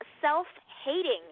self-hating